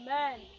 Amen